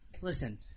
Listen